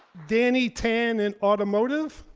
danny tan in automotive.